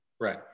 Right